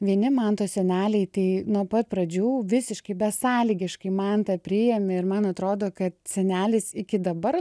vieni manto seneliai tai nuo pat pradžių visiškai besąlygiškai mantą priėmė ir man atrodo kad senelis iki dabar